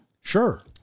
Sure